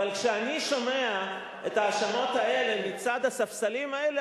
אבל כשאני שומע את ההאשמות האלה מצד הספסלים האלה,